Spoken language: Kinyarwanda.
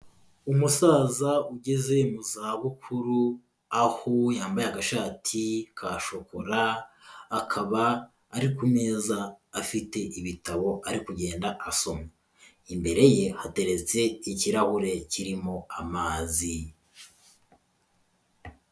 Umusaza ugeze mu zabukuru, aho yambaye agashati ka shokora, akaba ari ku meza afite ibitabo ari kugenda asoma, imbere ye hateretse ikirahure kirimo amazi.